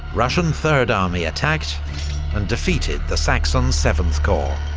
russian third army attacked and defeated the saxon seventh corps,